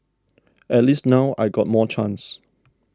at least now I got more chance